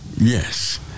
Yes